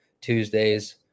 Tuesdays